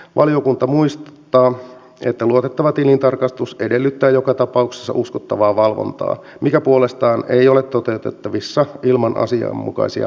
valiokunta muistuttaa että luotettava tilintarkastus edellyttää joka tapauksessa uskottavaa valvontaa joka puolestaan ei ole toteutettavissa ilman asianmukaisia resursseja